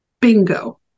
Bingo